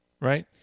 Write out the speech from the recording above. right